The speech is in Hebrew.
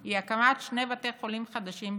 הוא הקמת שני בתי חולים חדשים בישראל,